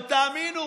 לא תאמינו: